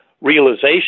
realization